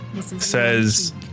says